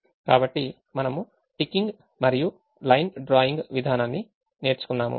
కాబట్టి మనము టికింగ్ మరియు లైన్ డ్రాయింగ్ విధానాన్ని నేర్చుకున్నాము